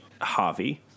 Javi